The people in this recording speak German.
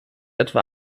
etwa